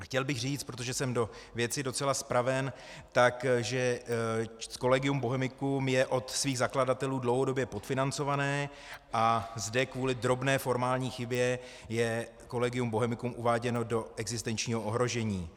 Chtěl bych říct, protože jsem o věci docela zpraven, že Collegium Bohemicum je od svých zakladatelů dlouhodobě podfinancované a zde kvůli drobné formální chybě je Collegium Bohemicum uváděno do existenčního ohrožení.